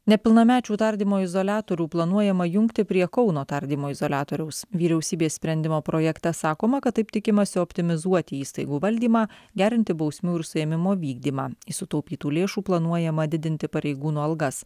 nepilnamečių tardymo izoliatorių planuojama jungti prie kauno tardymo izoliatoriaus vyriausybės sprendimo projekte sakoma kad taip tikimasi optimizuoti įstaigų valdymą gerinti bausmių ir suėmimo vykdymą iš sutaupytų lėšų planuojama didinti pareigūnų algas